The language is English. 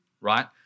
right